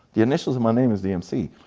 the initials of my name is dmc,